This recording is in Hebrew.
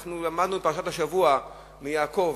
אנחנו למדנו בפרשת השבוע, מיעקב,